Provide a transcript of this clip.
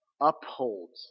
upholds